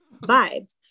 vibes